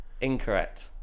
Incorrect